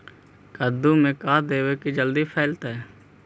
कददु मे का देबै की जल्दी फरतै?